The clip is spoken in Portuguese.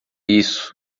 isso